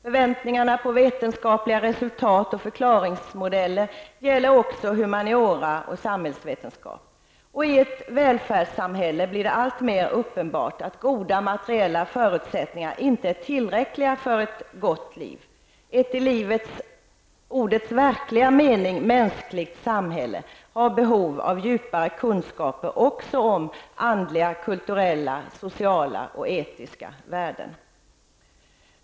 Förväntningarna på vetenskapliga resultat och förklaringsmodeller gäller också humaniora och samhällsvetenskap. I ett välfärdssamhälle blir det alltmer uppenbart att goda materiella förutsättningar inte är tillräckliga för ett gott liv. Ett i ordets verkliga mening mänskligt samhälle har behov av djupare kunskaper också om andliga, kulturella, sociala och etiska värden.